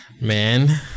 Man